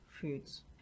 foods